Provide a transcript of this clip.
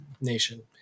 nation